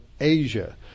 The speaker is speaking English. Asia